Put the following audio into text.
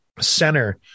center